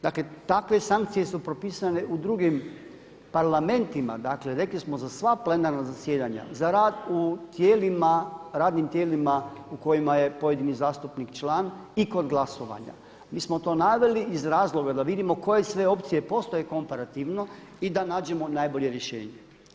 Dakle takve sankcije su propisane u drugim parlamentima, dakle rekli smo za sva plenarna zasjedanja, za rad u radnim tijelima u kojima je pojedini zastupnik član i kod glasovanja, mi smo to naveli iz razloga da vidimo koje sve opcije postoje komparativno i da nađemo najbolje rješenje.